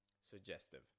suggestive